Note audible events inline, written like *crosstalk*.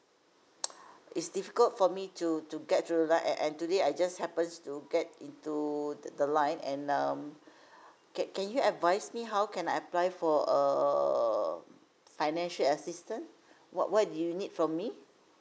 *noise* it's difficult for me to to get through the line and today I just happens to get into the the line and um can can you advice me how can I apply for err financial assistant what what do you need from me